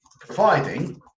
providing